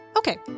Okay